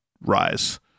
rise